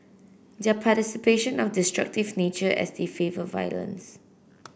their participation of destructive nature as they favour violence